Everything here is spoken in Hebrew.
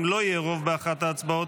אם לא יהיה רוב באחת ההצבעות,